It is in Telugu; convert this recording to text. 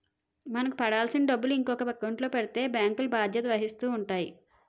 మనకు పడాల్సిన డబ్బులు ఇంకొక ఎకౌంట్లో పడిపోతే బ్యాంకులు బాధ్యత వహిస్తూ ఉంటాయి